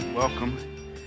Welcome